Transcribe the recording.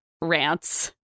rants